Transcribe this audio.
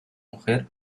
mujer